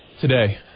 Today